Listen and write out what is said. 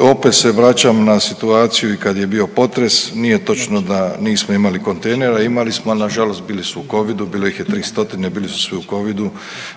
opet se vraćam na situaciju i kad je bio potres, nije točno da nismo imali kontejnera, imali smo al nažalost bili su u covidu, bilo ih je 300 i bili su svi u covidu.